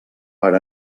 per